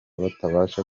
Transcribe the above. batabasha